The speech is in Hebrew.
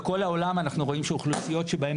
בכל העולם אנחנו רואים שאוכלוסיות שבהן